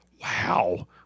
Wow